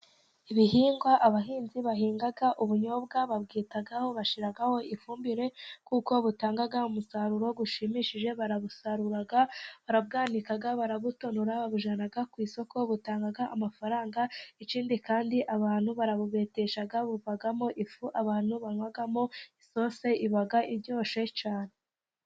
Ibihingwa abahinzi bahinga. Ubunyobwa babwitaho bashyiraho ifumbire, kuko butanga umusaruro ushimishije. Barabusarura barabwanika, barabutonora, babujyana ku isoko, butanga amafaranga, ikindi kandi abantu barabubetesha, buvamo ifu abantu banywamo isosi iba iryoshye cyane.